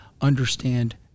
understand